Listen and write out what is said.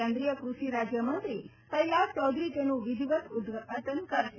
કેન્દ્રીય ક્રષિ રાજ્યમંત્રી કેલાસ ચૌધરી તેનું વિધિવત ઉદ્દઘાટન કરશે